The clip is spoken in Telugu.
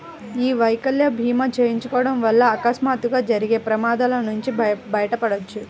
యీ వైకల్య భీమా చేయించుకోడం వల్ల అకస్మాత్తుగా జరిగే ప్రమాదాల నుంచి బయటపడొచ్చు